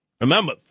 Remember